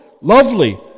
lovely